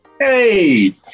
Hey